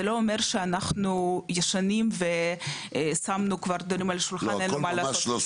זה לא אומר שאנחנו ישנים ושמנו כבר את הדברים על השולחן ואין מה לעשות,